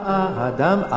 adam